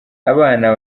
abana